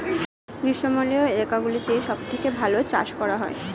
গ্রীষ্মমণ্ডলীয় এলাকাগুলোতে সবথেকে ভালো চাষ করা যায়